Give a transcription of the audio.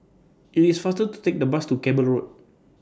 IT IS faster to Take The Bus to Cable Road